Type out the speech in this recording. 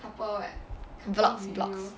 vlogs vlogs